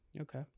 Okay